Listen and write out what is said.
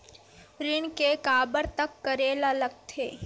ऋण के काबर तक करेला लगथे?